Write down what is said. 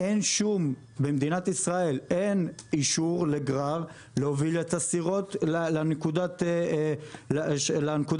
במדינת ישראל אין אישור לגרר להוביל את הסירות לנקודת החוף.